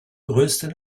größten